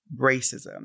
racism